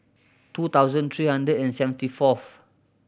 two thousand three hundred and seventy fourth